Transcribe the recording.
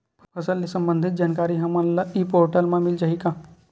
फसल ले सम्बंधित जानकारी हमन ल ई पोर्टल म मिल जाही का?